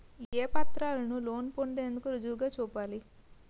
ఏ పత్రాలను లోన్ పొందేందుకు రుజువుగా చూపాలి?